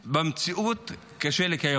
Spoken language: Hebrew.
שבמציאות קשה לקיים.